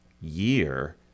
year